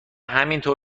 همینطور